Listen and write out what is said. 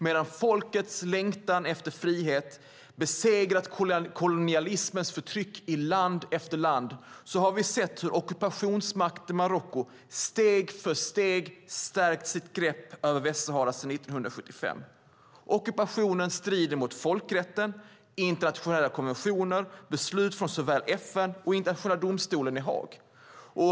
Medan folkets längtan efter frihet har besegrat kolonialismens förtryck i land efter land har vi sett hur ockupationsmakten Marocko steg för steg har stärkt sitt grepp över Västsahara sedan 1975. Ockupationen strider mot folkrätten, mot internationella konventioner och mot beslut från såväl FN som Internationella domstolen i Haag.